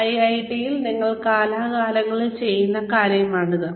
ഐഐടിയിൽ ഞങ്ങൾ കാലാകാലങ്ങളിൽ ചെയ്യുന്ന കാര്യമാണിത്